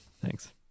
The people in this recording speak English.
Thanks